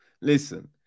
listen